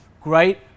Great